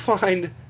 find